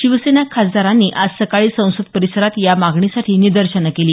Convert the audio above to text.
शिवसेना खासदारांनी आज सकाळी संसद परिसरात या मागणीसाठी निदर्शनं केली